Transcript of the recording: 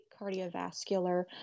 cardiovascular